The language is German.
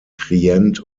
trient